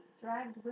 dragged